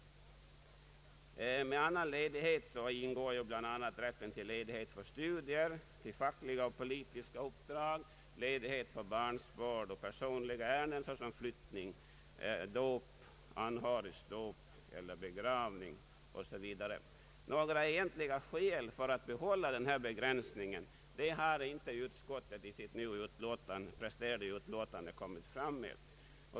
I begreppet annan ledighet ingår bl.a. rätt till ledighet för studier, för fackliga och politiska uppdrag, ledighet för barnsbörd och personliga ärenden såsom flyttning, anhörigs dop eller begravning m.m. Några egentliga skäl för ett bibehållande av denna begränsning har inte utskottet kunnat anföra.